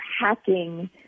hacking